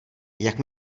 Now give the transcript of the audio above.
jak